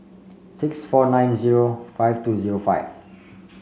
six four nine zero five two zero five